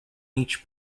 each